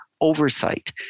oversight